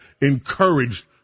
encouraged